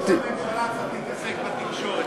למה ראש הממשלה צריך להתעסק בתקשורת,